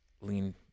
lean